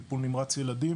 טיפול נמרץ ילדים.